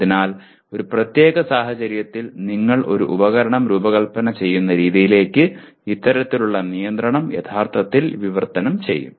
അതിനാൽ ഒരു പ്രത്യേക സാഹചര്യത്തിൽ നിങ്ങൾ ഒരു ഉപകരണം രൂപകൽപ്പന ചെയ്യുന്ന രീതിയിലേക്ക് ഇത്തരത്തിലുള്ള നിയന്ത്രണം യഥാർത്ഥത്തിൽ വിവർത്തനം ചെയ്യും